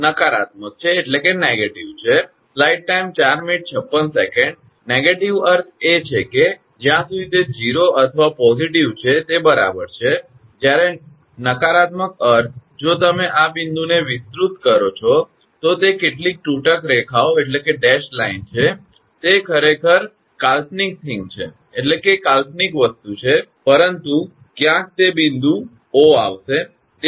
નકારાત્મક અર્થ એ છે કે જ્યાં સુધી તે 0 અથવા સકારાત્મક છે તે બરાબર છે જ્યારે નકારાત્મક અર્થ જો તમે આ બિંદુને વિસ્તૃત કરો છો તો તે કેટલીક તૂટક લાઇન છે તે ખરેખર કાલ્પનિક વસ્તુ છે પરંતુ ક્યાંક તે બિંદુ 𝑂 આવશે